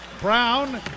Brown